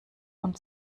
und